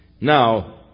Now